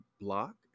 block